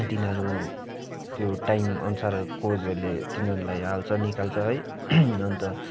तिनाहरू त्यो टाइमअनुसार कोचहरूले तिनीहरूलाई हाल्छ निकाल्छ है अन्त